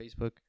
Facebook